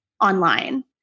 online